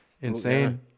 insane